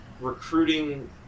recruiting